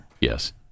yes